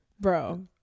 bro